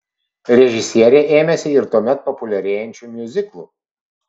režisierė ėmėsi ir tuomet populiarėjančių miuziklų